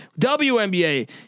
WNBA